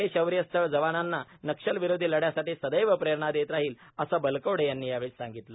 हे शौर्य स्थळ जवानांना नक्षलविरोधी लढ्यासाठी सदैव प्रेरणा देत राहील असं बलकवडे यांनी यावेळी सांगितलं